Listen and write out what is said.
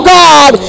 god